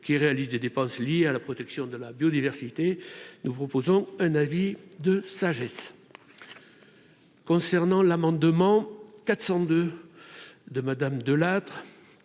qui réalise des dépenses liées à la protection de la biodiversité, nous vous proposons un avis de sagesse concernant l'amendement 400 de de madame